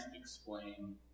explain